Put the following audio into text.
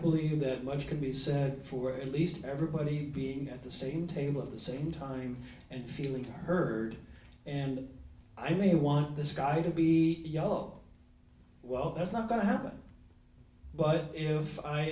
believe that much can be said for at least everybody being at the same table of the same time and feeling heard and i may want this guy to be yellow well that's not going to happen but if i